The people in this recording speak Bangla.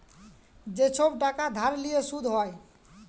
যে ছব টাকা ধার লিঁয়ে সুদ হ্যয়